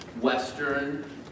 western